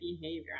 behavior